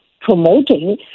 promoting